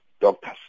doctors